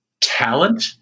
talent